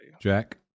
jack